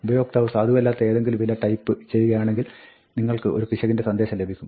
ഉപയോക്താവ് സാധുവല്ലാത്ത ഏതെങ്കിലും വില ടൈപ്പ് ചെയ്യുകയാണെങ്കിൽ നിങ്ങൾക്ക് ഒരു പിശകിന്റെ സന്ദേശം ലഭിക്കും